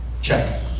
Check